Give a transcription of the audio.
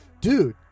Dude